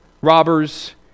robbers